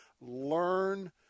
Learn